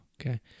Okay